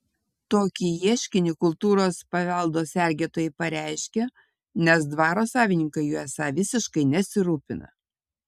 tokį ieškinį kultūros paveldo sergėtojai pareiškė nes dvaro savininkai juo esą visiškai nesirūpina